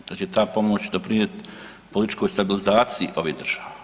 Da će ta pomoć doprinijeti političkoj stabilizaciji ovih država.